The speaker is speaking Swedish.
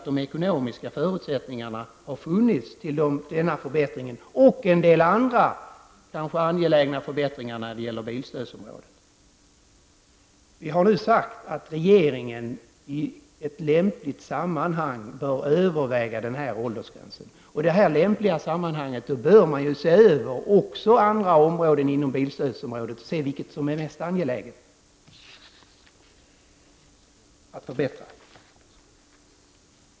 De ekonomiska förutsättningarna för att genomföra denna förbättring och en del andra angelägna förbättringar inom bilstödsområdet har emellertid inte funnits. Vi har nu sagt att regeringen i ett lämpligt sammanhang bör överväga denna åldersgräns. I detta sammanhang bör man se över även andra frågor inom bilstödsområdet och se vad som är mest angeläget att förbättra.